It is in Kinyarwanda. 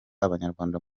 abanyarwanda